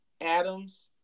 Adams